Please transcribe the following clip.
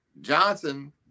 Johnson –